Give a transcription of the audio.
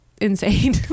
insane